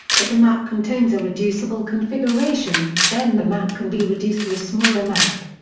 if a map contains a reducible configuration, then the map can be reduced to a smaller map.